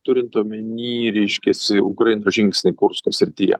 turint omeny reiškiasi ukrainos žingsniai kursko srityje